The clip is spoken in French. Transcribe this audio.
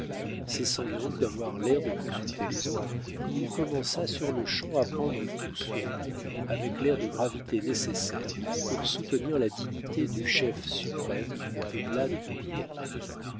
cessant donc d'avoir l'air de consulter les autres il commença sur-le-champ à prendre tout sur lui avec l'air de gravité nécessaire pour soutenir la dignité du chef suprême d'une peuplade de